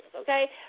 okay